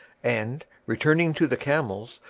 and, returning to the camels,